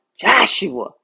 Joshua